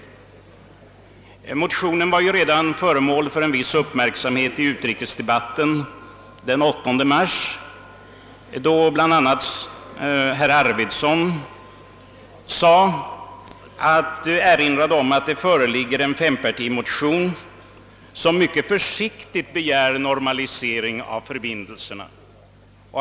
Motionen var föremål för en viss uppmärksamhet redan vid utrikesdebatten den 8 mars, då bl.a. hr Arvidson erinrade om att det föreligger en fempartimotion som mycket försiktigt begär en normalisering av förbindelserna.